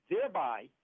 Thereby